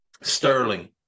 Sterling